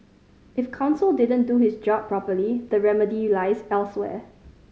if counsel didn't do his job properly the remedy lies elsewhere